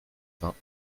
vingts